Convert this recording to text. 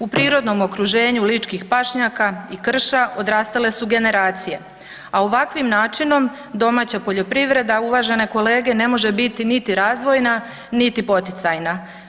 U prirodnom okruženju ličkih pašnjaka i krša, odrastale su generacije, a ovakvim načinom domaća poljoprivreda, uvažene kolege, ne može biti niti razvojna niti poticajna.